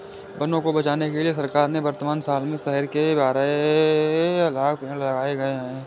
वनों को बचाने के लिए सरकार ने वर्तमान साल में शहर के बाहर दो लाख़ पेड़ लगाए हैं